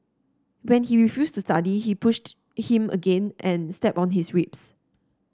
when he refused to study she pushed him again and stepped on his ribs